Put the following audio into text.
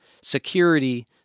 security